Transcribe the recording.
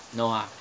no ah